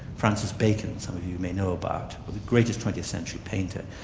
francis bacon, some of you may know about, the greatest twentieth century painter.